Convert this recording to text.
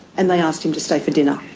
and they asked him to stay for dinner?